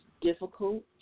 difficult